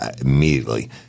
immediately